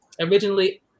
originally